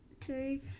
two